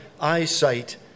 eyesight